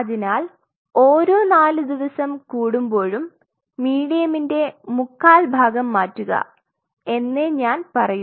അതിനാൽ ഓരോ 4 ദിവസം കൂടുമ്പോഴും മീഡിയമിൻറെ മുക്കാൽ ഭാഗം മാറ്റുക എന്നെ ഞാൻ പറയൂ